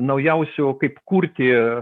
naujausių kaip kurti